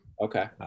Okay